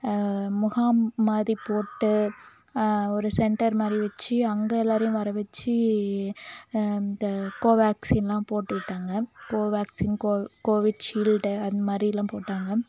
முகாம் மாதிரி போட்டு ஒரு சென்டர் மாதிரி வெச்சு அங்கே எல்லாேரையும் வர வெச்சு இந்த கோவேக்சினெல்லாம் போட்டு விட்டாங்க கோவேக்சின் கோ கோவிட்ஷீல்டு அந்த மாதிரிலாம் போட்டாங்க